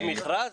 יש מכרז?